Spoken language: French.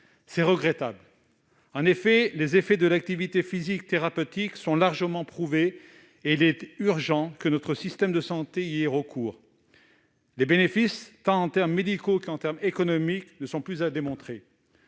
C'est regrettable. Les effets de l'activité physique thérapeutique sont largement prouvés ; il est urgent que notre système de santé y ait recours. Les bénéfices, tant en termes médicaux qu'en termes économiques, ne sont plus à démontrer.